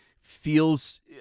feels